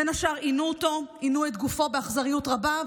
בין השאר עינו אותו, עינו את גופו באכזריות רבה.